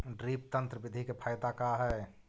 Drip तन्त्र बिधि के फायदा का है?